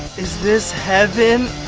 is this heaven?